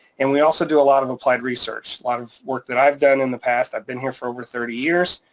and we also do a lot of applied research. a lot of work that i've done in the past, i've been here for over thirty years,